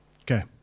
Okay